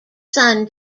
son